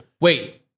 Wait